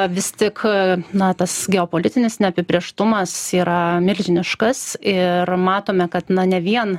vis tik na tas geopolitinis neapibrėžtumas yra milžiniškas ir matome kad na ne vien